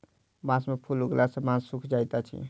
बांस में फूल उगला सॅ बांस सूखा जाइत अछि